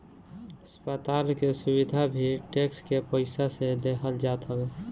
अस्पताल के सुविधा भी टेक्स के पईसा से देहल जात हवे